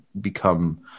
become